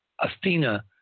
Athena